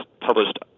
published